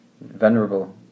venerable